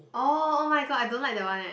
orh oh-my-god I don't like that one eh